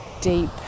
deep